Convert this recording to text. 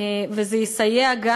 זה יסייע גם,